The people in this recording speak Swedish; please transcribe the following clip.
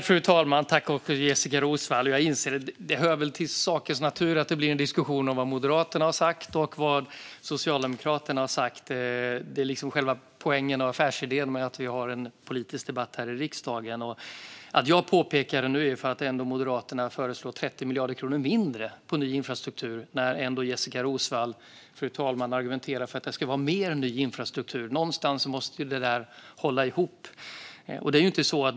Fru talman! Jag inser att det hör till sakens natur att det blir en diskussion om vad Moderaterna respektive Socialdemokraterna har sagt. Det är själva poängen och affärsidén med att vi har en politisk debatt här i riksdagen. Att jag påpekade det nu berodde på att Moderaterna har föreslagit 30 miljarder kronor mindre till ny infrastruktur samtidigt som Jessika Roswall argumenterar för att det måste till mer ny infrastruktur. Någonstans måste det där hålla ihop.